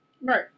Right